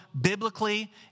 biblically